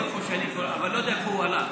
לא איפה שאני, אבל אני לא יודע לאן הוא הלך.